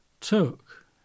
took